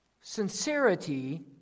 Sincerity